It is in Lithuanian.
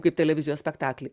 kaip televizijos spektaklį